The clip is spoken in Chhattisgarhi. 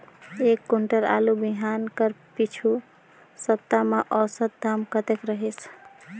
एक कुंटल आलू बिहान कर पिछू सप्ता म औसत दाम कतेक रहिस?